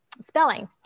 spelling